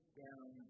down